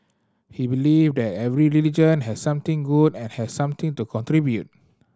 he believe that every religion has something good and has something to contribute